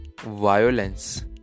violence